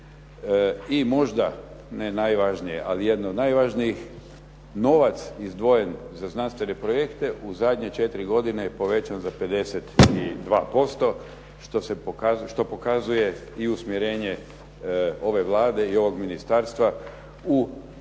I možda ne najvažnije ali jedno od najvažnijih novac izdvojen za znanstvene projekte u zadnje četiri godine je povećan za 52% što pokazuje i usmjerenje ove Vlade i ovog ministarstva u poznatu